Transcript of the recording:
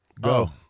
Go